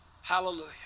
Hallelujah